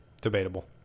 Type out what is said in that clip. debatable